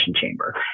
chamber